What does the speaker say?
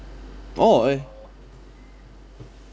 orh eh